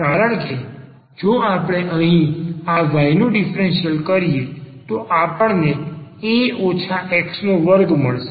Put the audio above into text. કારણ કે જો આપણે અહીં આ y નું ડીફરન્સીયલ કરીએ તો આપણને A - x નો વર્ગ મળશે